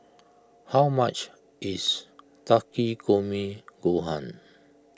how much is Takikomi Gohan